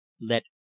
let